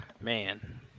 Man